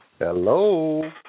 Hello